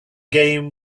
game